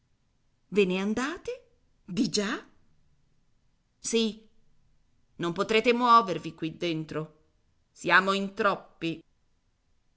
ve ne andate di già sì non potrete muovervi qui dentro siamo in troppi